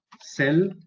cell